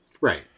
Right